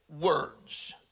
words